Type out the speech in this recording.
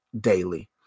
daily